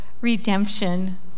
redemption